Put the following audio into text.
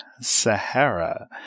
Sahara